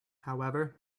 however